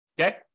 Okay